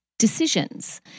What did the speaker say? Decisions